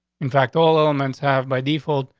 in fact, all elements have by default,